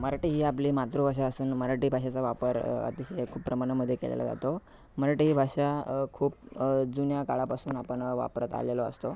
मराठी ही आपली मातृभाषा असून मराठी भाषेचा वापर अतिशय खूप प्रमाणामध्ये केलेला जातो मराठी भाषा खूप जुन्या काळापासून आपण वापरत आलेलो असतो